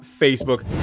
Facebook